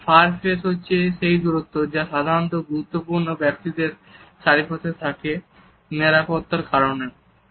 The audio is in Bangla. এবং ফার ফেজ হচ্ছে সেই দূরত্ব যা সাধারণত গুরুত্বপূর্ণ ব্যক্তিত্বের চারিধারে থাকে নিরাপত্তার কারণেও